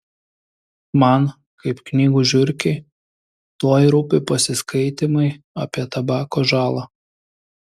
man kaip knygų žiurkei tuoj rūpi pasiskaitymai apie tabako žalą